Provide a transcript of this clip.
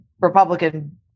Republican